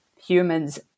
humans